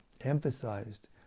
emphasized